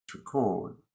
record